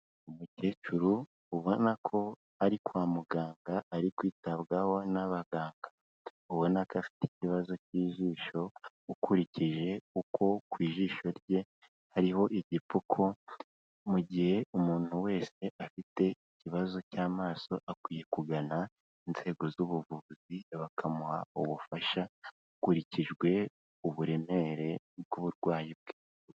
Umukecuru ubona ko ari kwa muganga, ari kwitabwaho n'abaganga, ubona ko afite ikibazo cy'ijisho ukurikije uko ku jisho rye hariho igipfuko. Mu gihe umuntu wese afite ikibazo cy'amaso akwiye kugana inzego z'ubuvuzi, bakamuha ubufasha hakurikijwe uburemere bw'uburwayi bwe.